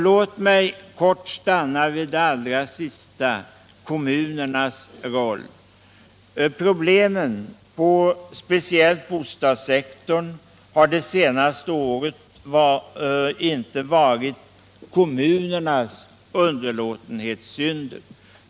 Låt mig kort stanna vid det allra sista, kommunernas roll. Problemen på speciellt bostadssektorn har det senaste året inte varit kommunernas underlåtenhetssynder.